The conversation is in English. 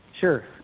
Sure